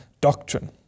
doctrine